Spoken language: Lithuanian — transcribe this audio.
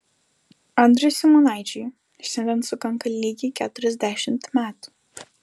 andriui simonaičiui šiandien sukanka lygiai keturiasdešimt metų